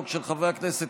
של חברי הכנסת